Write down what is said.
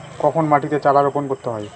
কখন মাটিতে চারা রোপণ করতে হয়?